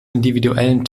individuellen